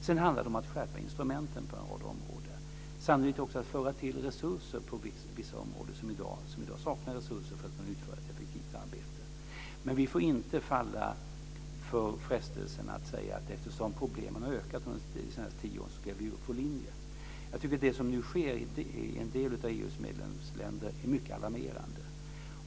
Sedan handlar det om att skärpa instrumenten på en rad områden och sannolikt också om att tillföra resurser på vissa områden som i dag saknar resurser för att kunna utföra ett effektivt arbete. Men vi får inte falla för frestelsen att säga att eftersom problemen har ökat under de senaste tio år så ska vi ge upp vår linje. Jag tycker att det som nu sker i en del av EU:s medlemsländer är mycket alarmerande.